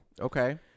Okay